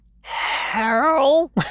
Harold